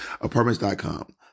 Apartments.com